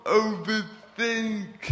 overthink